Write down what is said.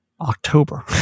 October